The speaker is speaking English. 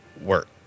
work